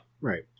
Right